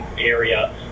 area